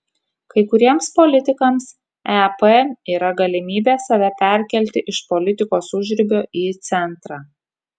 kai kuriems politikams ep yra galimybė save perkelti iš politikos užribio į centrą